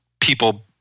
people